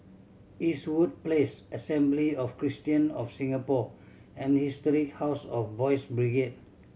Eastwood Place Assembly of Christian of Singapore and Historic House of Boys' Brigade